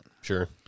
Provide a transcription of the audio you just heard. Sure